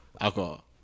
alcohol